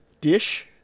Dish